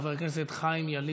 חבר הכנסת חיים ילין,